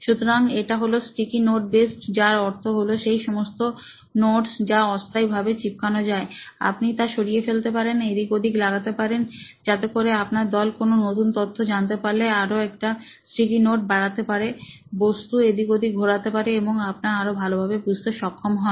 সুতরাং এটা হলো স্টিকি নোট বেসড যার অর্থ হলো সেই সমস্ত নোটস যা অস্থায়ী ভাবে চিপকানো যায় আপনি তা সরিয়ে ফেলতে পারেন এদিকে ওদিকে লাগাতে পারেন যাতে করে আপনার দল কোনো নতুন তথ্য জানতে পারলে আরও একটা স্টিকি নোট বাড়াতে পারেন বস্তু এদিক ওদিক ঘোরাতে পারেন এবং আপনি আরও ভালোভাবে বুঝতে সক্ষম হন